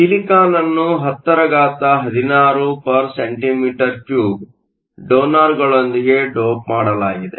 ಸಿಲಿಕಾನ್ನ್ನು 1016 cm 3 ಡೋನರ್ಗಳೊಂದಿಗೆ dope ಮಾಡಲಾಗಿದೆ